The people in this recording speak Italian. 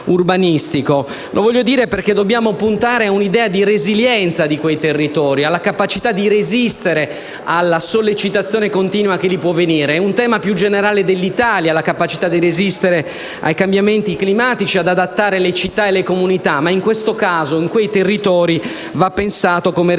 Voglio dirlo perché dobbiamo puntare a un'idea di resilienza di quei territori, alla capacità di resistere alla sollecitazione continua che lì può venire. È un tema più generale dell'Italia la capacità di resistere a cambiamenti climatici, ad adattare le città e le comunità, ma in questo caso e in quei territori va pensato come resilienza